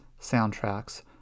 soundtracks